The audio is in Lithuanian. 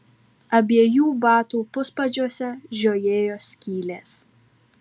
abiejų batų puspadžiuose žiojėjo skylės